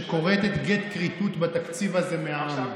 שכורתת גט כריתות בתקציב הזה מהעם,